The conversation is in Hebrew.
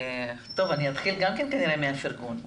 טוב, אני אתחיל גם כן כנראה מהפרגון.